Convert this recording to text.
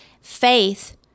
faith